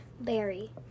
berry